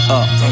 up